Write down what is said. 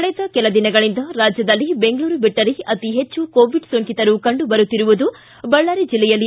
ಕಳೆದ ಕೆಲ ದಿನಗಳಿಂದ ರಾಜ್ಯದಲ್ಲಿ ಬೆಂಗಳೂರು ಬಿಟ್ಟರೆ ಅತಿ ಹೆಚ್ಚು ಕೋವಿಡ್ ಸೋಂಕಿತರು ಕಂಡು ಬರುತ್ತಿರುವುದು ಬಳ್ಳಾರಿ ಜಿಲ್ಲೆಯಲ್ಲಿ